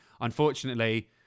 unfortunately